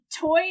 Toy